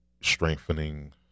strengthening